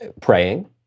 praying